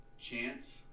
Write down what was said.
chance